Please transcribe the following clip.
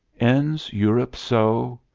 ends europe so?